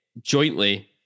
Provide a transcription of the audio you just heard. jointly